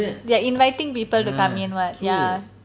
they're inviting people to come in [what] ya